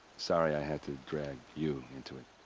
sorry i had to drag. you. into it.